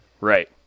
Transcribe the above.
Right